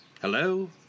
Hello